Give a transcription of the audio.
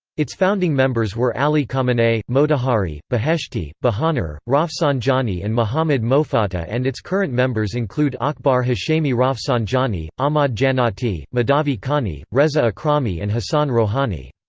its founding members were ali khamenei, motahhari, beheshti, bahonar, rafsanjani and mohammad mofatteh and its current members include akbar hashemi rafsanjani, ahmad jannati, mahdavi kani, reza akrami and hassan rohani.